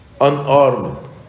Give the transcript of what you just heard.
unarmed